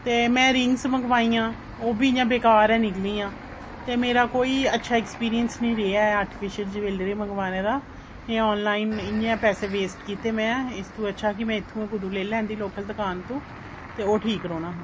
ते में रिंगस मंगवाइयां उब्भी इयां बेकार गै निकली ते मेरा कोई अच्छा ऐक्सपिरियंस निं रेहा ऐ आर्टीफिशल ज्वैलरी मंगवाने दा आनलाइन इ'यां गै पैसे वेस्ट कीते मैं अच्छा हा कि इत्थूं दा कुदूं लेई लैदी दुकान ओह् ठीक रौह्ना हा